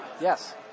Yes